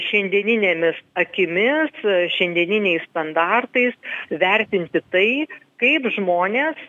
šiandieninėmis akimis šiandieniniais standartais vertinti tai kaip žmonės